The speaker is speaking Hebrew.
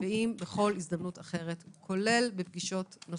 ואם בכל הזדמנות אחרת כולל בפגישות שלא